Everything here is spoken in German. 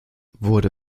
wurde